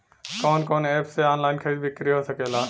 कवन कवन एप से ऑनलाइन खरीद बिक्री हो सकेला?